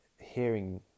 hearing